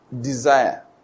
desire